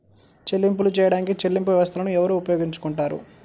చెల్లింపులు చేయడానికి చెల్లింపు వ్యవస్థలను ఎవరు ఉపయోగించుకొంటారు?